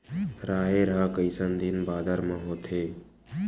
राहेर ह कइसन दिन बादर म होथे?